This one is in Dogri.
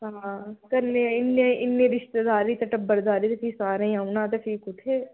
तां गरमियें ई इन्ने इन्ने रिश्तेदारी ते टब्बरदारी ते भी सारें औना ते फ्ही कुत्थै